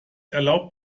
erlaubt